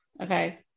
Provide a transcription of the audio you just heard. Okay